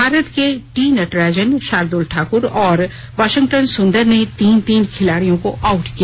भारत के टीनटराजन शार्दुल ठाकुर और वॉशिंगटन सुंदर ने तीन तीन खिलाड़ियों को आउट किया